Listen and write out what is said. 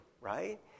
right